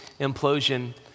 implosion